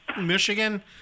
Michigan